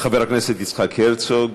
חבר הכנסת יצחק הרצוג,